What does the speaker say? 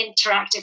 interactive